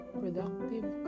productive